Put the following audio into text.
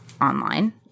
online